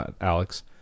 Alex